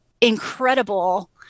incredible